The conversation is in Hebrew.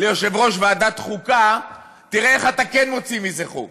ליושב-ראש ועדת חוקה: תראה איך אתה כן מוציא מזה חוק.